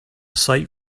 sight